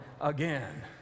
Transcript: again